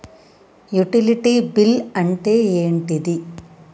Utility bill అంటే ఏంటిది?